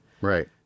right